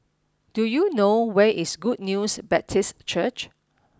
do you know where is Good News Baptist Church